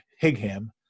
Higham